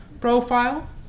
profile